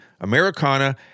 Americana